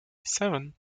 seven